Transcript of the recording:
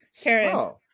Karen